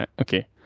Okay